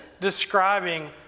describing